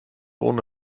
ohne